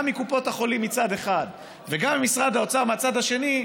גם מקופות החולים מצד אחד וגם ממשרד האוצר מהצד השני,